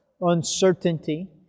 uncertainty